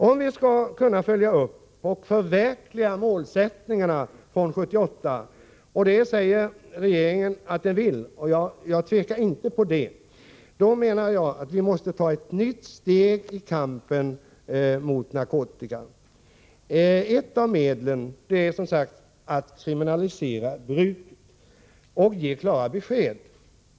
Om vi skall kunna följa upp och förverkliga målsättningarna från 1978 — och det säger sig regeringen vilja, och jag tvivlar inte i fråga om denna vilja — måste vi ta ett nytt steg i kampen mot narkotikan. Ett av medlen är att kriminalisera bruket och ge klara besked.